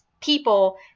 people